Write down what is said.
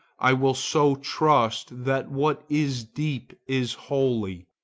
i will so trust that what is deep is holy,